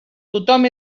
tothom